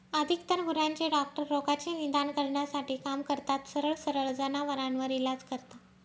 अधिकतर गुरांचे डॉक्टर रोगाचे निदान करण्यासाठी काम करतात, सरळ सरळ जनावरांवर इलाज करता